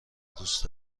دوست